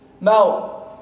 Now